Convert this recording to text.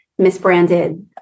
misbranded